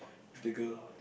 with the girl